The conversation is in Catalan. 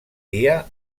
dia